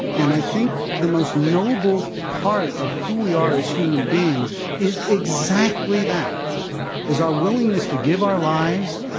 and i think the most noble part of who we are as human beings is exactly that is our willingness to give our lives,